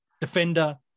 defender